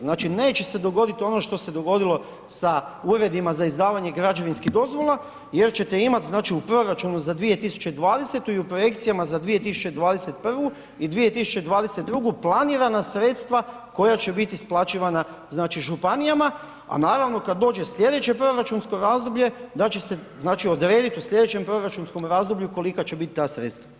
Znači, neće se dogoditi ono što se dogodilo sa uredima za izdavanje građevinskih dozvola jer ćete imati znači u proračunu za 2020. i u projekcijama za 2021. i 2022. planirana sredstva koja će biti isplaćivana znači županijama, a naravno kad dođe slijedeće proračunsko razdoblje da će se znači odrediti u slijedećem proračunskom razdoblju kolika će biti ta sredstva.